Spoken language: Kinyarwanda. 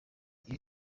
iri